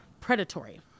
predatory